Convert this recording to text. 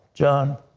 john.